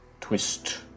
twist